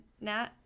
Nat